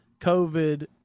COVID